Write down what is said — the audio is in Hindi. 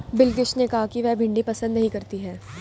बिलकिश ने कहा कि वह भिंडी पसंद नही करती है